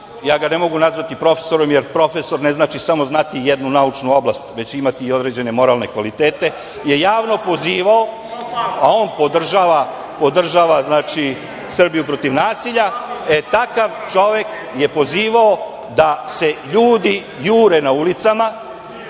ja ga ne mogu nazvati profesorom jer profesor ne znači samo znati jednu naučnu oblast, već imati i određene moralne kvalitete, je javno pozivao, a on podržava "Srbiju protiv nasilja", e takav čovek je pozivao da se ljudi jure na ulicama,